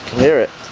hear it.